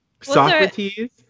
Socrates